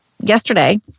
yesterday